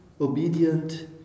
obedient